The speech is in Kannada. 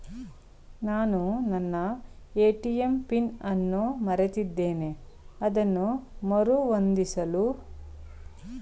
ನಾನು ನನ್ನ ಎ.ಟಿ.ಎಂ ಪಿನ್ ಅನ್ನು ಮರೆತಿದ್ದೇನೆ ಅದನ್ನು ಮರುಹೊಂದಿಸಲು ನೀವು ನನಗೆ ಸಹಾಯ ಮಾಡಬಹುದೇ?